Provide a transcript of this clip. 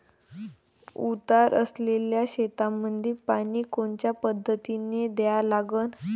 उतार असलेल्या शेतामंदी पानी कोनच्या पद्धतीने द्या लागन?